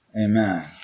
Amen